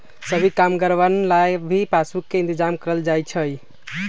सभी कामगारवन ला भी पासबुक के इन्तेजाम कइल जा हई